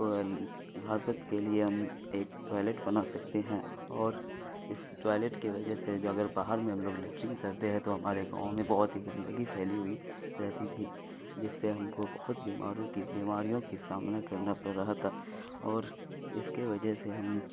حاجت کے لیے ہم ایک ٹوائلیٹ بنا سکتے ہیں اور اس ٹائلیٹ کے وجہ سے جو اگر باہر میں ہم لوگ لیٹرنگ کرتے ہیں تو ہمارے گاؤں میں بہت ہی گندگی پھیلی ہوئی رہتی تھی جس سے ہم کو بہت بیماروں کی بیماریوں کی سامنا کرنا پڑ رہا تھا اور اس کے وجہ سے ہم